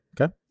okay